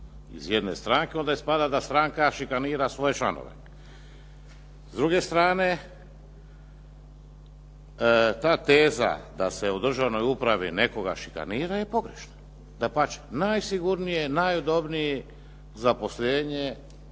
iz jedne stranke, onda ispada da stranka šikanira svoje članove. S druge strane, ta teza da se u državnoj upravi nekoga šikanira je pogrešna, dapače, najsigurnije, najudobnije zaposlenje